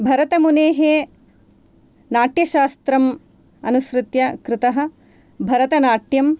भरतमुनेः नाट्यशास्त्रम् अनुसृत्य कृतः भरतनाट्यं